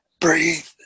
breathe